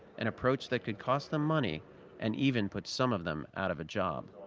an approach that could cost them money and even put some of them out of a job?